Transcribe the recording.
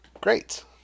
great